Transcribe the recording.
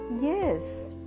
Yes